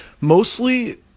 mostly